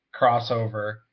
crossover